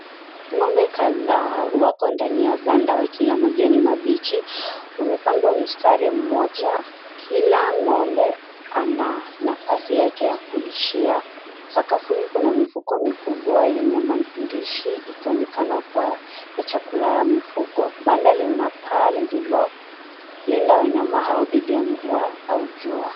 Ng'ombe kadhaa wako ndani ya banda, wakila majani mabichi. Umepangwa msitari mmoja, kila ng'ombe ana nafasi yake ya kulishia. Sakafuni kuna mifuko mikubwa yenye mandishi ,ikionekana kuwa ya chakula ya mifugo. Banda lina paa lililolinda wanyama dhidi ya mvua au jua.